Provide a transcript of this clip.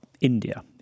India